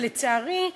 ולצערי,